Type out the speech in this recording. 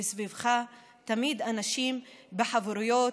וסביבך תמיד אנשים בחברויות,